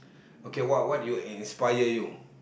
okay what what do you in inspire you